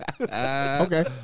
okay